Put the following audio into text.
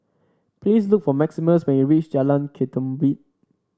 please look for Maximus when you reach Jalan Ketumbit